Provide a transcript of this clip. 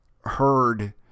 heard